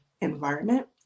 environment